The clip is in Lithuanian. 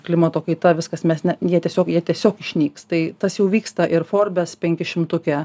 klimato kaita viskas mes ne jie tiesiog jie tiesiog išnyks tai tas jau vyksta ir forbes penkišimtuke